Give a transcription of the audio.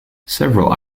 several